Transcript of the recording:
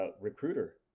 recruiter